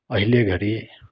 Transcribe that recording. अहिले घडी